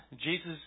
Jesus